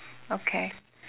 okay